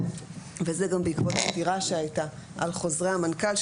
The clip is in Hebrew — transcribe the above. וזה גם בעקבות עתירה שהייתה על חוזרי המנכ"ל,